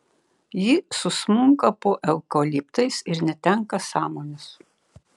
ji susmunka po eukaliptais ir netenka sąmonės